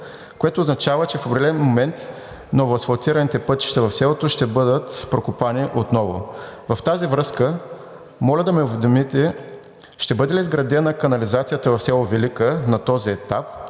което означава, че в определен момент новоасфалтираните пътища в селото ще бъдат прокопани отново. В тази връзка, моля да ме уведомите ще бъде ли изградена канализацията в село Велика на този етап